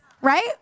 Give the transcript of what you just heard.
right